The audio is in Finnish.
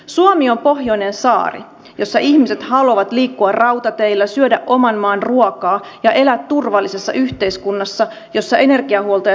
suomi on pohjoinen saari jossa ihmiset haluavat liikkua rautateillä syödä oman maan ruokaa ja elää turvallisessa yhteiskunnassa jossa energiahuolto ja sähkönjakelu toimivat